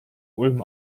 ulm